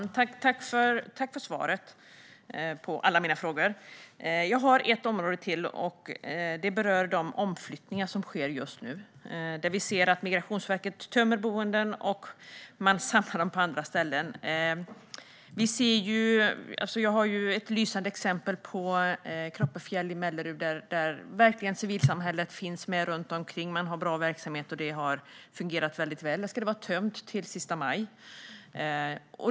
Herr talman! Jag tackar för svaren på alla mina frågor. Jag vill ta upp ett område till, nämligen de omflyttningar som sker just nu. Migrationsverket tömmer boenden, och man samlar dem på andra ställen. Jag har ett lysande exempel från Kroppefjäll i Melleruds kommun. Där finns verkligen civilsamhället med runt omkring. Man har bra verksamhet, och det har fungerat väldigt väl. Men boendet ska vara tömt till den 31 maj.